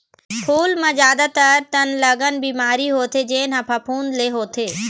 फूल म जादातर तनगलन बिमारी होथे जेन ह फफूंद ले होथे